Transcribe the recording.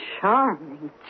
charming